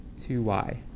2y